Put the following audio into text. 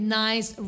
nice